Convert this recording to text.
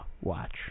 watch